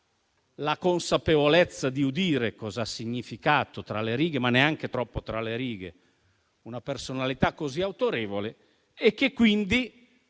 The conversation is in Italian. la consapevolezza di udire cosa ha significato tra le righe, ma neanche troppo, una personalità così autorevole: l'obiettivo